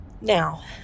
Now